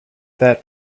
that